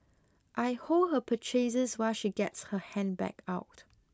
I hold her purchases while she gets her handbag out